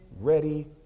ready